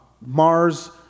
Mars